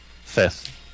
Fifth